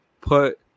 put